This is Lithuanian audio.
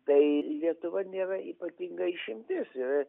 tai lietuva nėra ypatinga išimtis ir